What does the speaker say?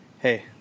Hey